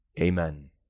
Amen